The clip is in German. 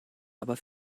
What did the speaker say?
aber